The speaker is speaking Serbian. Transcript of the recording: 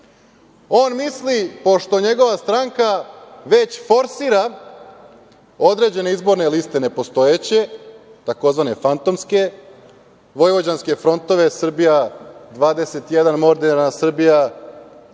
misli, pošto njegova stranka već forsira određene liste nepostojeće, takozvane fantomske, vojvođanske frontove, Srbija 21, moderna Srbija,